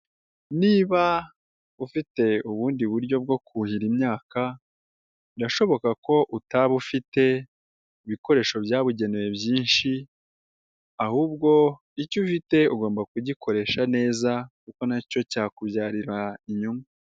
Niba ufite ubundi buryo bwo kuhira imyaka birashoboka ko utaba ufite ibikoresho byabugenewe byinshi, ahubwo icyo ufite ugomba kugikoresha neza kuko nacyo cyakubyarira inyungu.